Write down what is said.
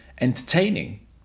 entertaining